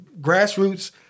grassroots